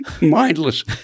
mindless